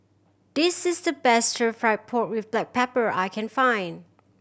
this is the best Stir Fried Pork With Black Pepper that I can find